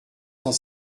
cent